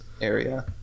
area